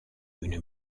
une